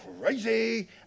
Crazy